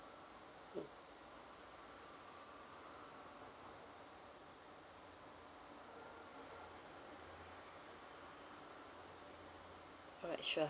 mm alright sure